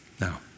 Now